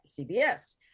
CBS